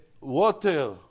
water